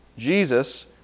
Jesus